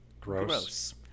gross